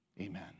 amen